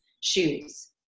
shoes